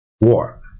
war